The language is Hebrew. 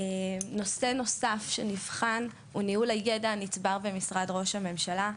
נושא נוסף שנבחן הוא ניהול הידע הנצבר במשרד ראש הממשלה.